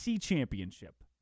championship